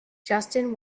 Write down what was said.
justin